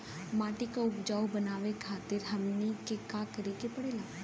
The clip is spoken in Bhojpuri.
माटी के उपजाऊ बनावे खातिर हमनी के का करें के पढ़ेला?